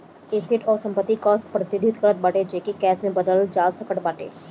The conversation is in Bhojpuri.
एसेट उ संपत्ति कअ प्रतिनिधित्व करत बाटे जेके कैश में बदलल जा सकत बाटे